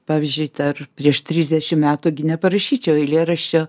pavyzdžiui dar prieš trisdešim metų gi neparašyčiau eilėraščio